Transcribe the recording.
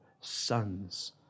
sons